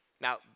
Now